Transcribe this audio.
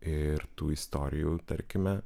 ir tų istorijų tarkime